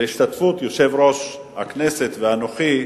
בהשתתפות יושב-ראש הכנסת ואנוכי,